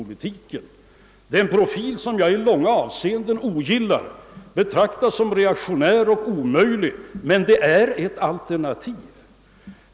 Det är en profil som jag i långa stycken ogillar och som jag betraktar som reaktionär och omöjlig — men den innebär dock ett alternativ.